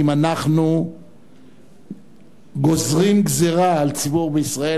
אם אנחנו גוזרים גזירה על ציבור בישראל,